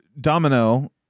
domino